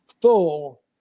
full